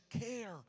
care